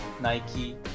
Nike